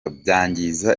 byangiza